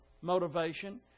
motivation